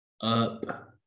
up